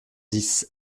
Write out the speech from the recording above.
dix